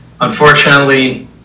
unfortunately